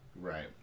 Right